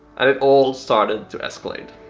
and it all started to escalete.